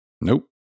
Nope